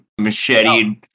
macheted